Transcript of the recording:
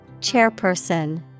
Chairperson